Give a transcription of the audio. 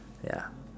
ya